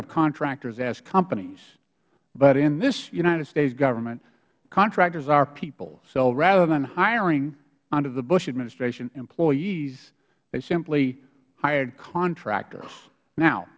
of contractors as companies but in this united states government contractors are people so rather than hiring under the bush administration employees they simply hired contractors now